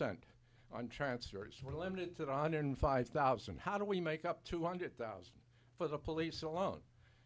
we're limited to one hundred five thousand how do we make up two hundred thousand for the police alone